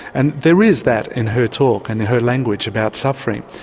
and there is that in her talk and her language about suffering.